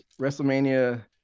Wrestlemania